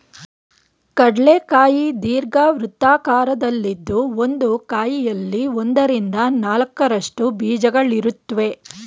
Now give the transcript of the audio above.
ಕಡ್ಲೆ ಕಾಯಿ ದೀರ್ಘವೃತ್ತಾಕಾರದಲ್ಲಿದ್ದು ಒಂದು ಕಾಯಲ್ಲಿ ಒಂದರಿಂದ ನಾಲ್ಕರಷ್ಟು ಬೀಜಗಳಿರುತ್ವೆ